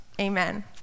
Amen